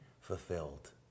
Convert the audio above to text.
fulfilled